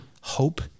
hope